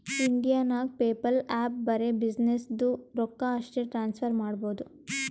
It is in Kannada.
ಇಂಡಿಯಾ ನಾಗ್ ಪೇಪಲ್ ಆ್ಯಪ್ ಬರೆ ಬಿಸಿನ್ನೆಸ್ದು ರೊಕ್ಕಾ ಅಷ್ಟೇ ಟ್ರಾನ್ಸಫರ್ ಮಾಡಬೋದು